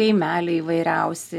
kaimeliai įvairiausi